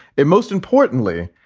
it most importantly,